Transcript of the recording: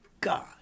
God